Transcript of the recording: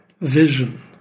vision